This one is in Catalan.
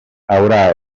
haurà